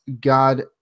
God